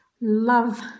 Love